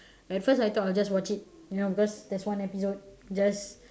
at first I thought I'll just watch it you know because there's one episode just